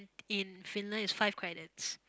in Finland is five credits